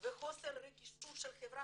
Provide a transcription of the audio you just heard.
של המרכזים.